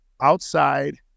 outside